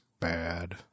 bad